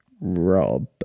Rob